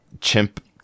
chimp